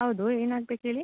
ಹೌದು ಏನಾಗ್ಬೇಕು ಹೇಳಿ